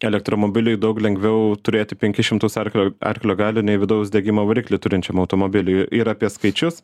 elektromobiliui daug lengviau turėti penkis šimtus arklio arklio galių nei vidaus degimo variklį turinčiam automobiliui ir apie skaičius